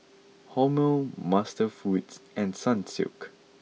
Hormel MasterFoods and Sunsilk